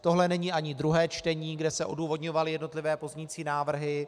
Tohle není ani druhé čtení, kde se odůvodňovaly jednotlivé pozměňovací návrhy.